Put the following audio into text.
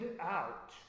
out